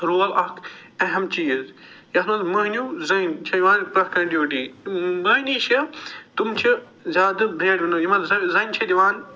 role اکھ اہم چیٖز یَتھ منٛز مٔہنیوٗ زٔنۍ چھِ یِوان پرٛٮ۪تھ کانٛہہ ڈِوٹی مٔہنی چھِ تِم چھِ زیادٕ یِمن زن زَنہِ چھِ دِوان